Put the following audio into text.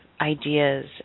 ideas